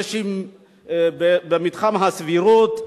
במתחם הסבירות.